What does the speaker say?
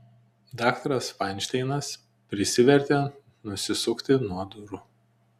daktaras fainšteinas prisivertė nusisukti nuo durų